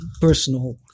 personal